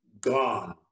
gone